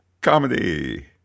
comedy